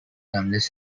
unless